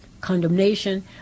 Condemnation